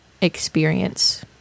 experience